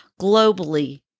globally